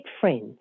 friends